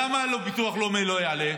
למה שהביטוח הלאומי לא יעלה?